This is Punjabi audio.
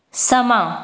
ਸਮਾਂ